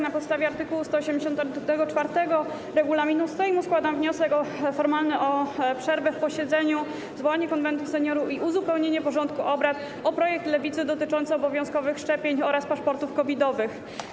Na podstawie art. 184 regulaminu Sejmu składam wniosek formalny o przerwę w posiedzeniu, zwołanie Konwentu Seniorów i uzupełnienie porządku obrad o projekt Lewicy dotyczący obowiązkowych szczepień oraz paszportów COVID-owych.